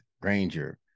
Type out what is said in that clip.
Granger